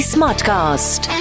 Smartcast